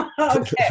Okay